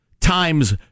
Times